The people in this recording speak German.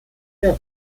der